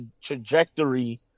trajectory